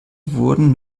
wurden